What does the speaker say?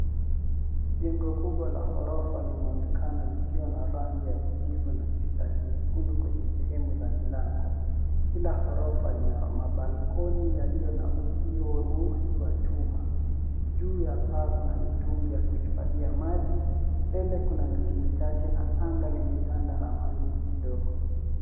Jengo kubwa la ghorofa linaonekana likiwa na rangi ya kijivu na mistari nyekundu kwenye sehemu za milango. Kila ghorofa lina mabalkoni yaliyo na uzio mweusi wa chuma. Juu ya paa kuna mitungi ya kuhifadhia maji, mbele kuna miti michache na anga limetanda na mawingu kidogo.